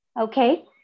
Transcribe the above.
Okay